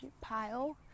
pile